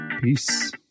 Peace